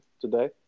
today